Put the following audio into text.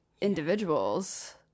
individuals